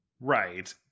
Right